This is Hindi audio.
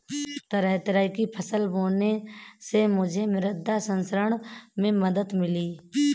तरह तरह की फसल बोने से मुझे मृदा संरक्षण में मदद मिली